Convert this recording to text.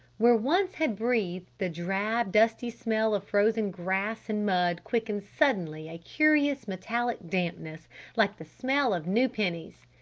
where once had breathed the drab, dusty smell of frozen grass and mud quickened suddenly a curious metallic dampness like the smell of new pennies.